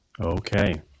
Okay